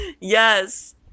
yes